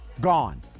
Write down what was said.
gone